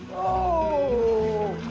oh,